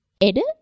edit